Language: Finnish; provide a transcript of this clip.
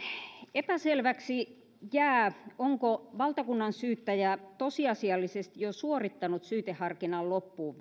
epäselväksi jää onko valtakunnansyyttäjä tosiasiallisesti jo suorittanut syyteharkinnan loppuun